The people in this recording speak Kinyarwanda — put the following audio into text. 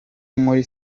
muri